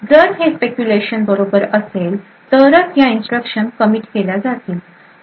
जर हे स्पेक्यूलेशन बरोबर असेल तरच या इन्स्ट्रक्शन कमीट केल्या जातील